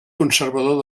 conservador